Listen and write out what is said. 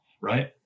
Right